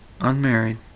Unmarried